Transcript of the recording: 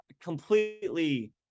completely